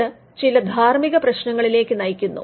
ഇത് ചില ധാർമികപ്രശ്നങ്ങളിലേക്ക് നയിക്കുന്നു